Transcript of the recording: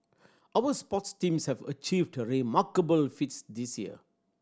our sports teams have achieved remarkable feats this year